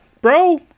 bro